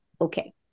okay